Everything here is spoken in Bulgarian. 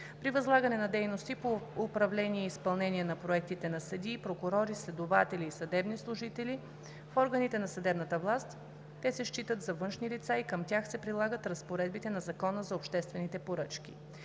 При възлагане на дейности по управление и изпълнение на проектите на съдии, прокурори, следователи и съдебни служители в органите на съдебната власт, те се считат за външни лица и към тях се прилагат разпоредбите на Закона за обществените поръчки.